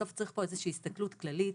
בסוף צריך פה איזושהי הסתכלות כללית,